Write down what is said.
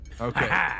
Okay